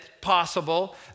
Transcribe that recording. possible